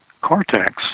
cortex